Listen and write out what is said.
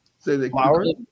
Flowers